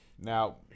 Now